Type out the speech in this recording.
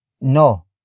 No